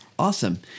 Awesome